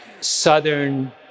Southern